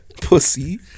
Pussy